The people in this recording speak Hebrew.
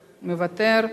מוותר.